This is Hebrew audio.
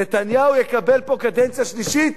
נתניהו יקבל פה קדנציה שלישית,